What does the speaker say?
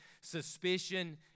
suspicion